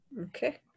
Okay